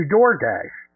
DoorDash